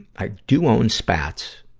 i do own spats,